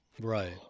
Right